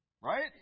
Right